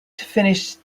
finished